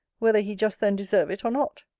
whether he just then deserve it, or not.